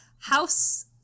House